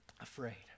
afraid